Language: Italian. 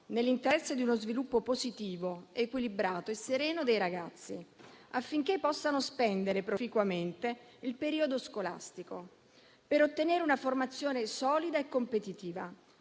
nell'interesse di uno sviluppo positivo, equilibrato e sereno dei ragazzi, affinché possano spendere proficuamente il periodo scolastico, per ottenere una formazione solida e competitiva.